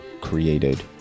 created